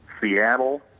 seattle